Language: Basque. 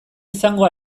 izango